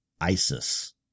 ISIS